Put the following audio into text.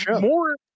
more